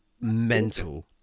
mental